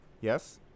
yes